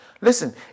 Listen